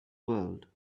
world